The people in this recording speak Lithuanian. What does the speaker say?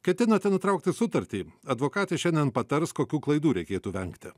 ketinate nutraukti sutartį advokatė šiandien patars kokių klaidų reikėtų vengti